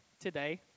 today